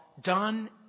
Done